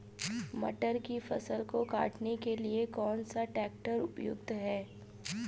मटर की फसल को काटने के लिए कौन सा ट्रैक्टर उपयुक्त है?